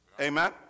Amen